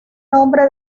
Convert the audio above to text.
nombre